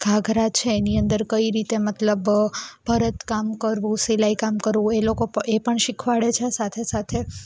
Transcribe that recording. ઘાઘરા છે એની અંદર કઈ રીતે મતલબ ભરતકામ કરવું સિલાઈ કામ કરવું એ લોકો એ પણ શીખવાડે છે સાથે સાથે